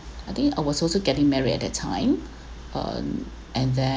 I think I was also getting married at that time um and then